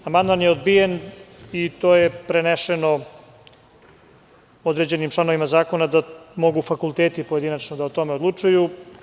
Amandman je odbijen i to je preneseno određenim članovima zakona da mogu fakulteti pojedinačno da o tome odlučuju.